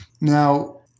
Now